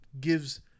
gives